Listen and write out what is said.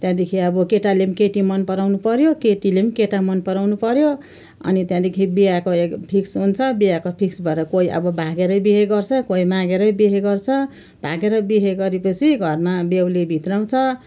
त्यहाँदेखि अब केटाले पनि केटी मनपराउनु पऱ्यो केटीले पनि केटा मनपराउनु पऱ्यो अनि त्यहाँदेखि बिहाको एक फिक्स हुन्छ बिहाको फिक्स भएर कोही अब भागेरै बिहे गर्छ कोही मागेरै बिहे गर्छ भागेर बिहे गरेपछि घरमा बेहुली भित्र्याउँछ